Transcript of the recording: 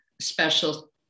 special